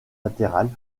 latérales